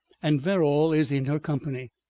and verrall is in her company.